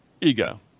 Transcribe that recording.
ego